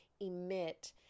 emit